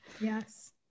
yes